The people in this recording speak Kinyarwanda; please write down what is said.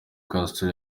castro